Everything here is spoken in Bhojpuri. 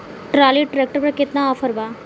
ट्राली ट्रैक्टर पर केतना ऑफर बा?